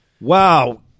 Wow